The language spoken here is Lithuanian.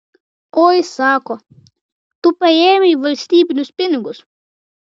oi sako tu paėmei valstybinius pinigus